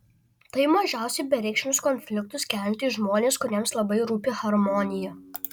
tai mažiausiai bereikšmius konfliktus keliantys žmonės kuriems labai rūpi harmonija